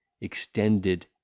extended